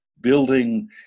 building